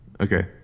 Okay